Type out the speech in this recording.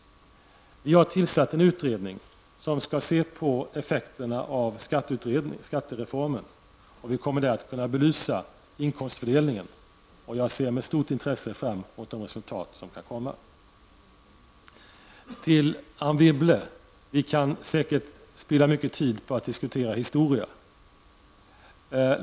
Vi har tillsatt en utredning som skall se över effekterna av skattereformen. Vi kommer därför att kunna belysa inkomstfördelningen, och jag ser med stort intresse fram emot det resultat som utredningen kan komma fram till. Till Anne Wibble: Vi kan säkerligen spilla mycken tid att diskutera historia.